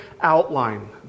outline